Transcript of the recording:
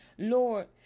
Lord